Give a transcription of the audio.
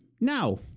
now